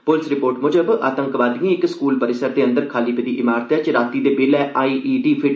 plus दिपोर्ट मुजब आतंकवादिएं इक स्कूल परिसर दे अंदर खाली पेदी इमारतै च राती दे बेल्लै आई ई डी लाई ही